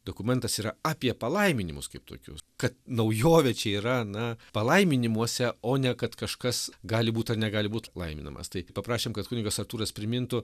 dokumentas yra apie palaiminimus kaip tokius kad naujovė čia yra na palaiminimuose o ne kad kažkas gali būt ar negali būt laiminamas tai paprašėm kad kunigas artūras primintų